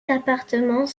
appartement